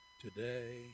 today